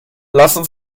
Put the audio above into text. lassen